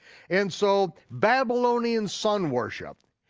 and so babylonian sun worship,